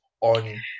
on